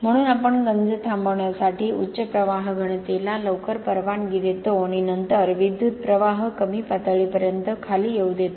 म्हणून आपण गंज थांबवण्यासाठी उच्च प्रवाह घनतेला लवकर परवानगी देतो आणि नंतर विद्युत प्रवाह कमी पातळीपर्यंत खाली येऊ देतो